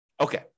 Okay